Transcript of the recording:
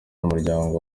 n’umuryango